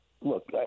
look